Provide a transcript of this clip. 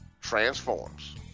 Transforms